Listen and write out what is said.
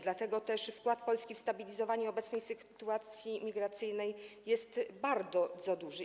Dlatego też wkład Polski w stabilizowanie obecnej sytuacji migracyjnej jest bardzo duży.